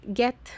get